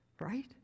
Right